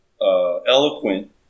eloquent